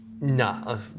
No